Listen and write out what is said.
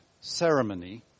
ceremony